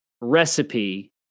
recipe